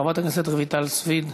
חברת הכנסת רויטל סויד.